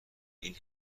این